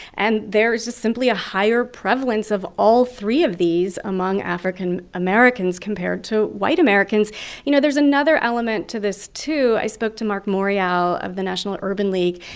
and there is just simply a higher prevalence of all three of these among african americans compared to white americans you know, there's another element to this, too. i spoke to marc morial of the national urban league,